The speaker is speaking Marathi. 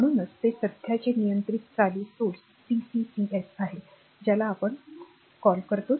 म्हणूनच ते सध्याचे नियंत्रित चालू स्त्रोत CCCS आहे ज्याला आपण कॉल करतो